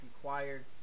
required